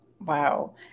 wow